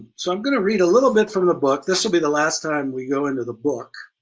so i'm gonna read a little bit from the book. this would be the last time we go into the book,